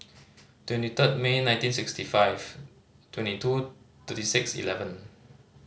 twenty third May nineteen sixty five twenty two thirty six eleven